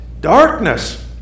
Darkness